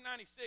1996